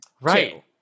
Right